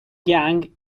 gang